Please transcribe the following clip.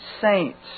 saints